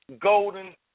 Golden